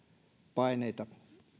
paineita